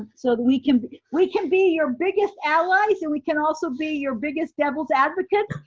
so we can we can be your biggest allies and we can also be your biggest devil's advocates.